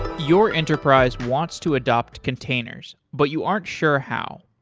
your enterprise wants to adopt containers but you aren't sure how.